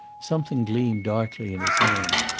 something gleamed darkly in his hand.